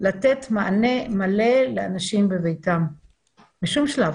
לתת מענה מלא לאנשים בביתם בשום שלב.